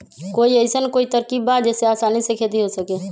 कोई अइसन कोई तरकीब बा जेसे आसानी से खेती हो सके?